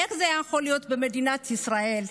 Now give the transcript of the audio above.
איך זה יכול להיות במדינת ישראל,